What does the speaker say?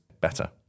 better